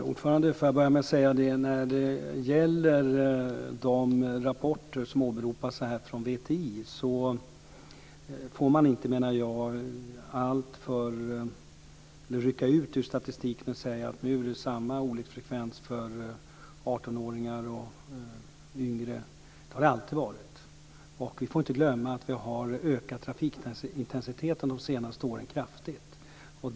Herr talman! Får jag börja med att säga något om de rapporter från VTI som åberopas här. Jag menar att man inte får rycka ut det här ur statistiken och säga att det nu är samma olycksfrekvens för 18 åringar och yngre; det har det alltid varit. Vi får inte glömma att vi under de senaste åren har ökat trafikintensiteten kraftigt.